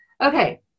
Okay